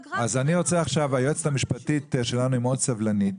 היועצת המשפטית שלנו היא מאוד סבלנית,